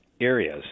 areas